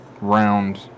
round